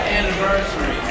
anniversary